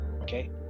Okay